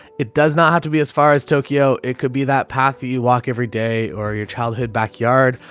it does not have to be as far as tokyo. it could be that path that you walk every day or your childhood backyard.